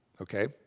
Okay